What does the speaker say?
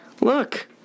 Look